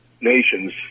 nations